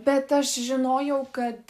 bet aš žinojau kad